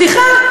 סליחה,